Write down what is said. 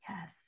Yes